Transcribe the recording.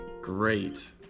Great